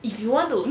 if you want to